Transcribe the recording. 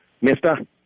Mister